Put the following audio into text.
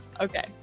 Okay